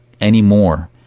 anymore